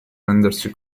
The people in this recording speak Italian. rendersi